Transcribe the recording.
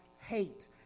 hate